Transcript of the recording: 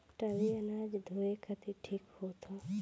टाली अनाज के धोए खातिर ठीक होत ह